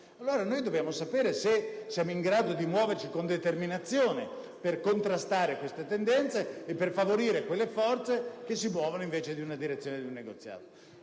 Stati». Dobbiamo sapere se siamo in grado di muoverci con determinazione per contrastare queste tendenze e favorire quelle forze che si muovono invece nella direzione di un negoziato.